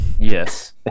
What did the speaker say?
yes